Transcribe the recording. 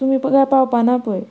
तुमी कांय पावपाना पय